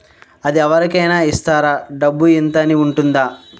అది అవరి కేనా ఇస్తారా? డబ్బు ఇంత అని ఉంటుందా?